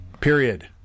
Period